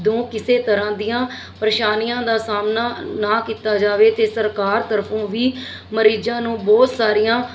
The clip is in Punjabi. ਨੂੰ ਕਿਸੇ ਤਰ੍ਹਾਂ ਦੀਆਂ ਪਰੇਸ਼ਾਨੀਆਂ ਦਾ ਸਾਹਮਣਾ ਨਾ ਕੀਤਾ ਜਾਵੇ ਅਤੇ ਸਰਕਾਰ ਤਰਫੋਂ ਵੀ ਮਰੀਜ਼ਾਂ ਨੂੰ ਬਹੁਤ ਸਾਰੀਆਂ